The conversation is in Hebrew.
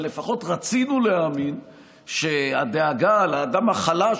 אבל לפחות רצינו להאמין שהדאגה לאדם החלש